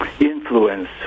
influence